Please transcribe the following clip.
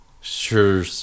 Sure